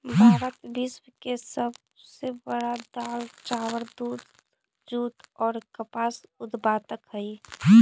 भारत विश्व के सब से बड़ा दाल, चावल, दूध, जुट और कपास उत्पादक हई